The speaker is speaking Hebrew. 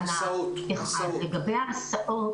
לגבי ההסעות.